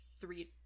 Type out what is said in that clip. three